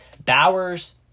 Bowers